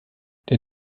der